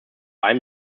einem